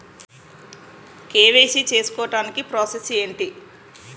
KYC చేసుకోవటానికి process ఏంటి?